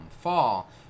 fall